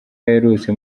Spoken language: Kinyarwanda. aherutse